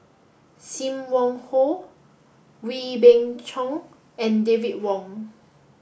Sim Wong Hoo Wee Beng Chong and David Wong